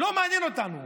לא מעניין אותנו.